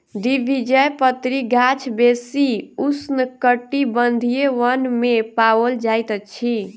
द्विबीजपत्री गाछ बेसी उष्णकटिबंधीय वन में पाओल जाइत अछि